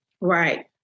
right